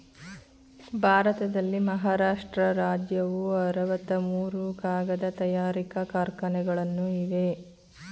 ಭಾರತದಲ್ಲಿ ಮಹಾರಾಷ್ಟ್ರ ರಾಜ್ಯವು ಅರವತ್ತ ಮೂರು ಕಾಗದ ತಯಾರಿಕಾ ಕಾರ್ಖಾನೆಗಳನ್ನು ಇವೆ